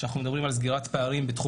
כשאנחנו מדברים על סגירת פערים בתחום